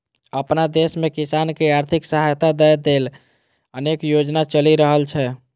अपना देश मे किसान कें आर्थिक सहायता दै लेल अनेक योजना चलि रहल छै